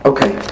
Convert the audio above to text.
Okay